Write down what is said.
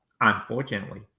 Unfortunately